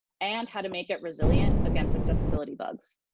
and how to make it resilient against accessibility bugs.